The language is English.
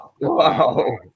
Wow